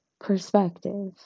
perspective